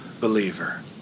believer